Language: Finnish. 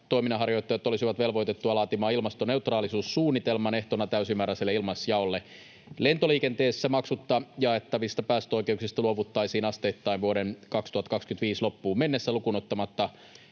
toiminnanharjoittajat olisivat velvoitettuja laatimaan ilmastoneutraalisuussuunnitelman ehtona täysimääräiselle ilmaisjaolle. Lentoliikenteessä maksutta jaettavista päästöoikeuksista luovuttaisiin asteittain vuoden 2025 loppuun mennessä lukuun ottamatta